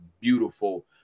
beautiful